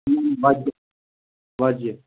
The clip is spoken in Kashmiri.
ۄۄزجہِ وۄزجہِ